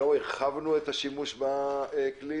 לא הרחבנו את השימוש בכלי,